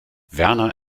werner